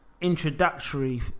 introductory